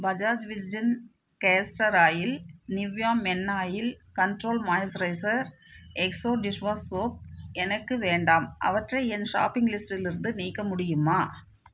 Bajaj virgin castor oil Nivea men oil control moisturiser Exo dishwash soap எனக்கு வேண்டாம் அவற்றை என் ஷாப்பிங் லிஸ்டிலிருந்து நீக்க முடியுமா